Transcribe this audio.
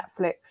Netflix